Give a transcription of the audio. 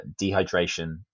dehydration